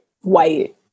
white